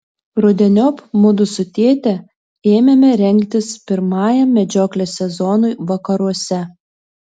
rudeniop mudu su tėte ėmėme rengtis pirmajam medžioklės sezonui vakaruose